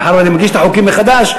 מאחר שאני מגיש את החוקים מחדש,